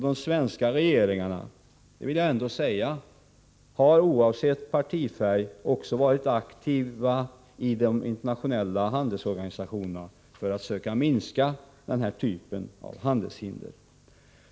De svenska regeringarna har, det vill jag säga, oavsett partifärg också varit aktiva i de internationella handelsorganisationerna för att söka minska handelshindren av denna typ.